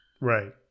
Right